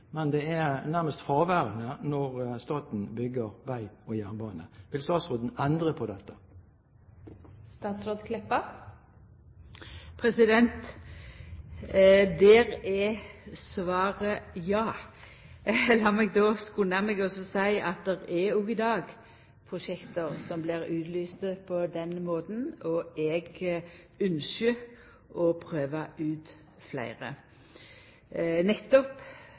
men det er nærmest fraværende når staten bygger vei og jernbane. Vil statsråden endre på dette? Svaret er ja. Lat meg då skunda meg å seia at det òg i dag er prosjekt som blir utlyste på den måten, og eg ynskjer å prøva ut fleire nettopp